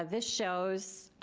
ah this shows